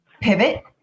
pivot